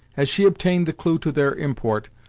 as she obtained the clue to their import,